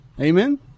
Amen